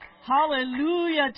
Hallelujah